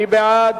מי בעד?